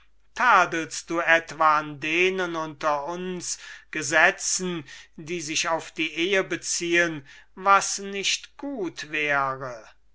tadelst du etwas an denen unter uns gesetzen die sich auf die ehe beziehen was nicht gut wäre